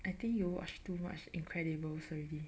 I think you watch too much Incredibles already